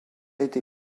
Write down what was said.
été